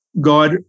God